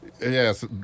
Yes